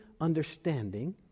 understanding